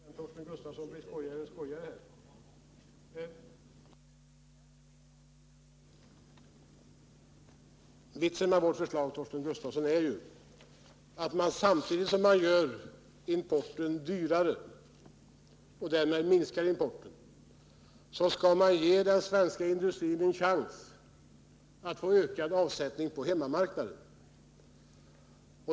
Herr talman! Min gode vän Torsten Gustafsson blir skojigare och skojigare. Vitsen med vårt förslag, Torsten Gustafsson, är ju att man, samtidigt som man gör importen dyrare och därmed minskar den, skall ge den svenska industrin en chans att få ökad avsättning på hemmamarknaden.